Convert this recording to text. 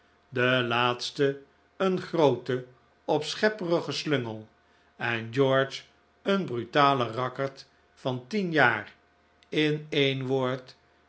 de laatste een groote opschepperige slungel en george een brutale rakkerd van tien jaar in een woord